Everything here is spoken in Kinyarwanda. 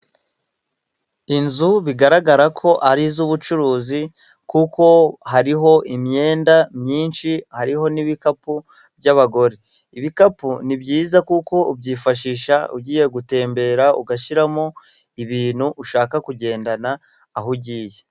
Inzu bigaragara ko ari iz'ubucuruzi. Kuko hariho imyenda myinshi. Hariho n'ibikapu by'abagore. Ibikapu ni byiza kuko ubyifashisha ugiye gutembera. Ugashyiramo ibintu ushaka kugendana aho ugiye.